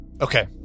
Okay